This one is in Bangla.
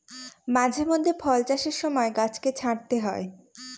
মাঝে মধ্যে ফল চাষের সময় গাছকে ছাঁটতে হয়